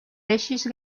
deixis